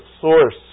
source